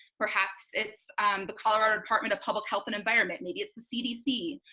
perhaps it's the colorado department of public health and environment, maybe it's the cdc,